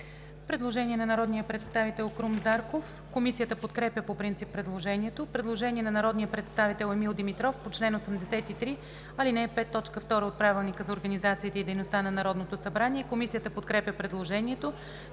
Предложение на народния представител Крум Зарков. Комисията подкрепя по принцип предложението. Предложение на народния представител Емил Димитров по чл. 83, ал. 5, т. 2 от Правилника за организацията и дейността на Народното събрание. Комисията подкрепя предложението.